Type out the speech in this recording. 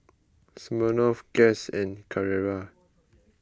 Smirnoff Guess and Carrera